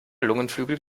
lungenflügel